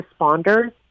responders